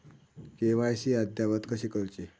KYC अद्ययावत कशी करुची?